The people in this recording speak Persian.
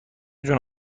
جون